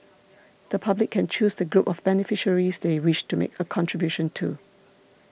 the public can choose the group of beneficiaries they wish to make a contribution to